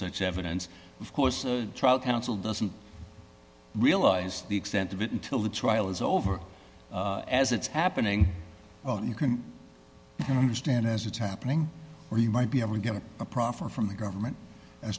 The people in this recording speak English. such evidence of course the trial counsel doesn't realized the extent of it until the trial is over as it's happening you can understand as it's happening where you might be able to get a proffer from the government